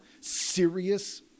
serious